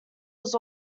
was